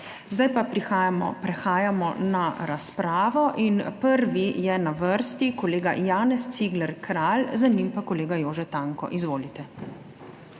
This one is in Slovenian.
Zdaj pa prehajamo na razpravo. Prvi je na vrsti kolega Janez Cigler Kralj, za njim pa kolega Jože Tanko. Izvolite.